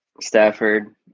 Stafford